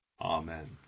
amen